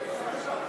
בבקשה,